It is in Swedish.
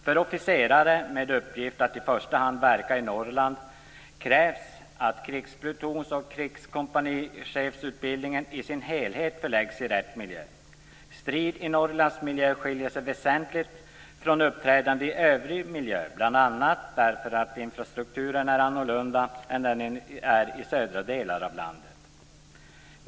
För officerare med uppgift att i första hand verka i Norrland krävs att krigsplutons och krigskompanichefsutbildning i dess helhet förläggs i rätt miljö. Strid i Norrlandsmiljö skiljer sig väsentligt från uppträdande i övrig miljö, bl.a. därför att infrastrukturen är annorlunda där än i de södra delarna av landet.